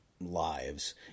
lives